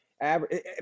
average